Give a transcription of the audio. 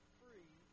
free